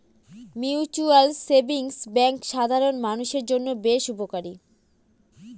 mutual savings bank সাধারন মানুষের জন্য বেশ উপকারী